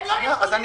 הם לא יכולים,